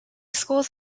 schools